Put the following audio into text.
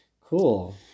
Cool